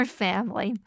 family